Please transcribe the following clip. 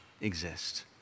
exist